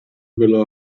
villa